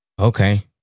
Okay